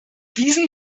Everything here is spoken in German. diesen